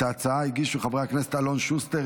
את ההצעה הגישו חברי הכנסת אלון שוסטר,